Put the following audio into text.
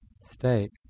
state